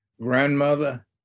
grandmother